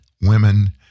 women